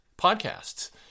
podcasts